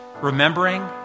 remembering